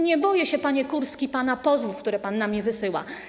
Nie boję się, panie Kurski, pana pozwów, które pan na mnie wysyła.